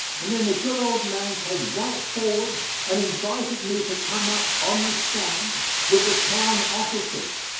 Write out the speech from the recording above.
and then the good old man came right forward and invited me to come up on the stand with the town officers.